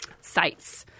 sites